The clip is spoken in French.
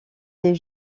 des